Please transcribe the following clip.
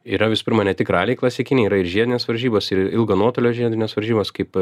yra visų pirma ne tik raliai klasikiniai yra ir žiedinės varžybos ir ilgo nuotolio žiedinės varžybos kaip